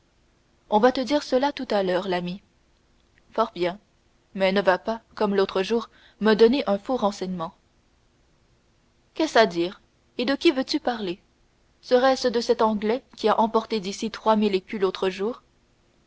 on va te dire cela tout à l'heure l'ami fort bien mais ne va pas comme l'autre jour me donner un faux renseignement qu'est-ce à dire et de qui veux-tu parler serait-ce de cet anglais qui a emporté d'ici trois mille écus l'autre jour